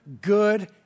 good